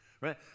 Right